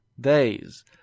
days